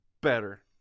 better